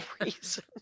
reason